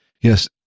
Yes